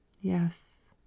yes